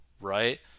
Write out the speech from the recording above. right